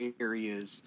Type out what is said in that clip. areas